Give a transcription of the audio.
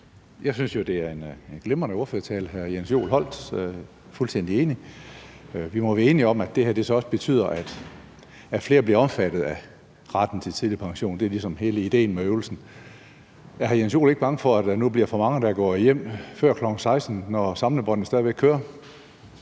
Joel holdt, og jeg er fuldstændig enig. Vi må være enige om, at det her så også betyder, at flere bliver omfattet af retten til tidlig pension. Det er ligesom hele idéen med øvelsen. Er hr. Jens Joel ikke bange for, at der nu bliver for mange, der går hjem før kl. 16.00, når samlebåndene stadig væk kører?